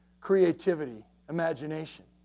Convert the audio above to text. creativity, imagination.